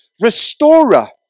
restorer